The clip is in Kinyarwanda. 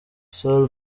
sall